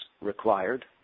required